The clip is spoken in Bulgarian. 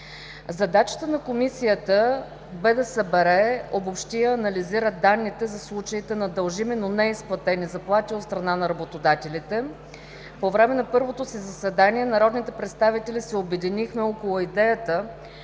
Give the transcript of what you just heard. „Задачата на Комисията е да събере, обобщи и анализира данните за случаите на дължими, но неизплатени заплати от страна на работодателите. По време на първото си заседание народните представители се обединихме около идеята